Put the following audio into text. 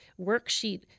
worksheet